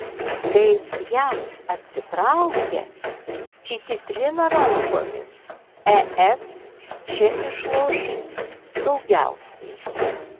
kai jav atsitraukia kiti trina rankomis es čia išloš daugiausiai